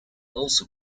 also